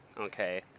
okay